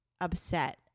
upset